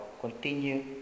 Continue